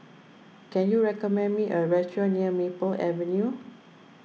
can you recommend me a restaurant near Maple Avenue